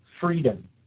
freedom